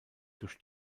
durch